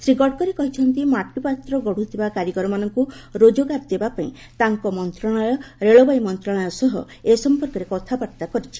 ଶ୍ରୀ ଗଡ଼କରୀ କହିଛନ୍ତି ମାଟିପାତ୍ର ଗଢ଼ୁଥିବା କାରିଗରମାନଙ୍କୁ ରୋଜଗାର ଦେବାପାଇଁ ତାଙ୍କ ମନ୍ତ୍ରଣାଳୟ ରେଳବାଇ ମନ୍ତ୍ରଣାଳୟ ସହ ଏ ସଂପର୍କରେ କଥାବାର୍ତ୍ତା କରିଛି